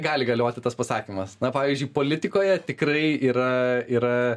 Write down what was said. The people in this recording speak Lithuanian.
gali galioti tas pasakymas na pavyzdžiui politikoje tikrai yra yra